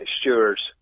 stewards